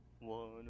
one